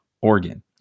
organ